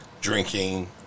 drinking